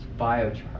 biochar